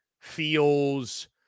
feels